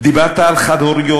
דיברת על חד-הוריות,